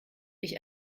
ich